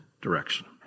direction